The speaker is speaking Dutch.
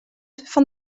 van